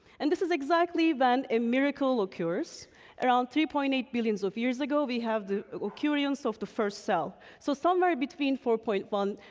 and this is exactly then a miracle occurs around three point eight billions of years ago. we have the occurrence of the first cell. so somewhere between four point one,